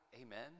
Amen